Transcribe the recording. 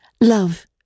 love